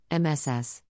MSS